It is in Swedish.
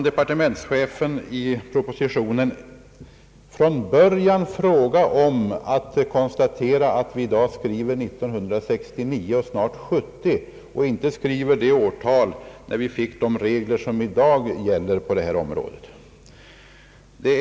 Jag vill börja med att konstatera att vi nu skriver 1969 och snart 1970 och inte det årtal när vi fick de regler som i dag gäller på det här området.